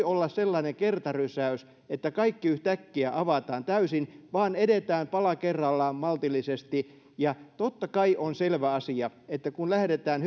olla sellainen kertarysäys että kaikki yhtäkkiä avataan täysin vaan edetään pala kerrallaan maltillisesti ja totta kai on selvä asia että kun lähdetään